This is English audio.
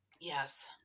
Yes